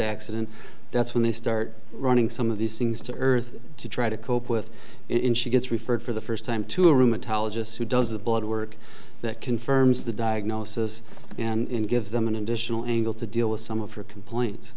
accident that's when they start running some of these things to earth to try to cope with him she gets referred for the first time to a rheumatologist who does the blood work that confirms the diagnosis and gives them an additional angle to deal with some of her complaints